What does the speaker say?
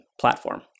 platform